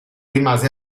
rimase